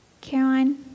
caroline